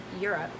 Europe